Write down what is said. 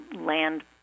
land